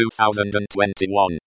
2021